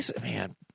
Man